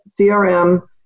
CRM